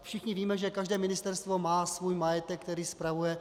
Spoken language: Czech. Všichni víme, že každé ministerstvo má svůj majetek, který spravuje.